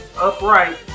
upright